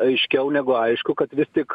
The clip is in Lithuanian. aiškiau negu aišku kad vis tik